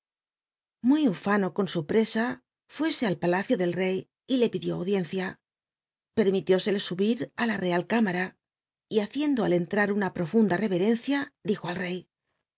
mur ufano con su preoa fué c al palado del rcr le pidió aud icncia pcrmili oele subí r ú la real c tmara biblioteca nacional de españa y hacinldo al entrar una profunda reverencia dijo al rey